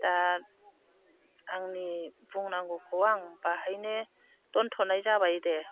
दा आंनि बुंनांवगौखौ आं बाहायनो दोनथ'नाय जाबाय दे